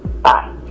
Bye